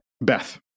Beth